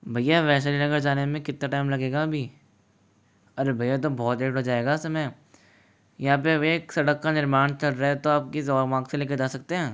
भैया वैशाली नगर जाने में कितना टाइम लगेगा अभी अरे भैया यह तो बहुत लेट हो जाएगा समय यहाँ पर एक सड़क का निर्माण चल रहा है तो आप किसी और मार्ग से ले कर जा सकते हैं